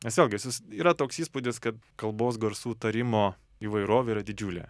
nes vėlgi sus yra toks įspūdis kad kalbos garsų tarimo įvairovė yra didžiulė